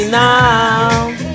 now